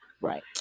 Right